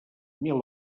mil